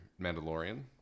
Mandalorian